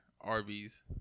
Arby's